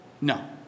No